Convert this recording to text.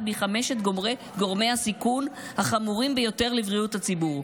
מחמשת גורמי הסיכון החמורים ביותר לבריאות הציבור,